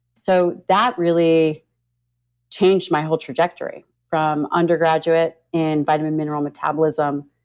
so that really changed my whole trajectory from undergraduate and vitamin-mineral metabolism,